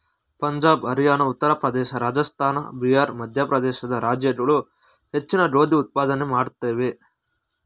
ಪಂಜಾಬ್ ಹರಿಯಾಣ ಉತ್ತರ ಪ್ರದೇಶ ರಾಜಸ್ಥಾನ ಬಿಹಾರ್ ಮಧ್ಯಪ್ರದೇಶ ರಾಜ್ಯಗಳು ಹೆಚ್ಚಿನ ಗೋಧಿ ಉತ್ಪಾದನೆ ಮಾಡುತ್ವೆ